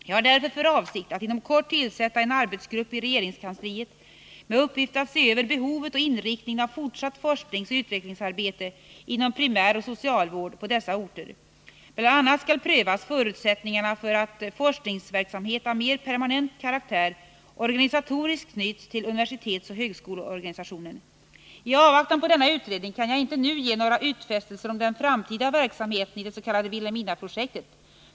Jag har därför för avsikt att inom kort tillsätta en arbetsgrupp i regeringskansliet med uppgift att se över behovet och inriktningen av fortsatt forskningsoch utvecklingsarbete inom primärvård och socialvård på dessa orter. Bl. a. skall prövas förutsättningarna för att forskningsverksamhet av mer permanent karaktär organisatoriskt knyts till universitetsoch högskoleorganisationen. I avvaktan på denna utredning kan jag inte nu ge några utfästelser om den framtida verksamheten i det s.k. Vilhelminaprojektet.